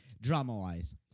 Drama-wise